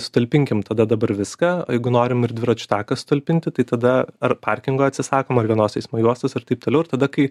su talpinkim tada dabar viską o jeigu norim ir dviračių taką sutalpinti tai tada ar parkingo atsisakom ar vienos eismo juostos ar taip toliau ir tada kai